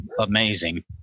amazing